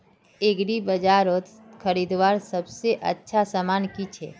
एग्रीबाजारोत खरीदवार सबसे अच्छा सामान की छे?